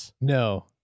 no